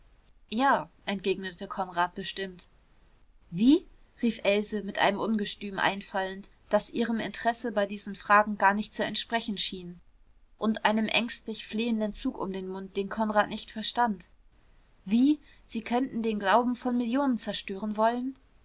ja entgegnete konrad bestimmt wie rief else mit einem ungestüm einfallend das ihrem interesse bei diesen fragen gar nicht zu entsprechen schien und einem ängstlich flehenden zug um den mund den konrad nicht verstand wie sie könnten den glauben von millionen zerstören wollen